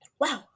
Wow